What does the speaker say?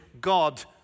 God